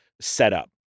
setup